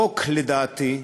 חוק, לדעתי,